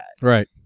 Right